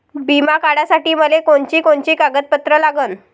बिमा काढासाठी मले कोनची कोनची कागदपत्र लागन?